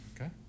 Okay